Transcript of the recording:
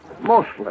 Mostly